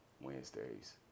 Wednesdays